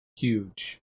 Huge